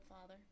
father